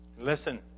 Listen